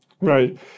Right